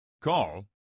call